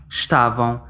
estavam